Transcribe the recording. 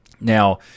Now